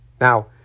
Now